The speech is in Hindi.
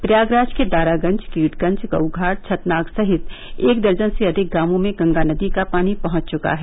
प्रयागराज के दारागंज कीडगंज गऊघाट छतनाग सहित एक दर्जन से अधिक गांवों में गंगा नदी का पानी पहुंच चुका है